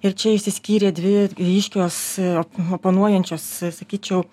ir čia išsiskyrė dvi ryškios o oponuojančios sakyčiau